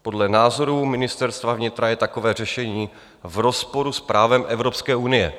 Podle názorů Ministerstva vnitra je takové řešení v rozporu s právem Evropské unie.